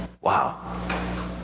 Wow